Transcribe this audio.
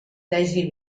tesi